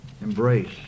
embrace